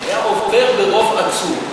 היה עובר ברוב עצום.